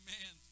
Amen